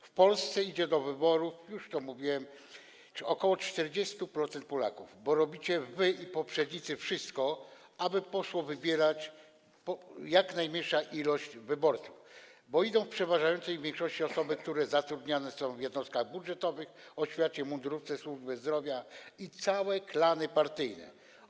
W Polsce idzie do wyborów, już to mówiłem, około 40% Polaków, bo robicie, wy i wasi poprzednicy, wszystko, aby poszła wybierać jak najmniejsza liczba wyborców, bo w przeważającej większości to osoby, które zatrudnione są w jednostkach budżetowych, oświacie, mundurówce, służbie zdrowia, i całe klany partyjne.